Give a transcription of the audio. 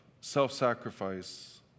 self-sacrifice